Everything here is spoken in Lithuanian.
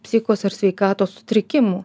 psichikos ir sveikatos sutrikimų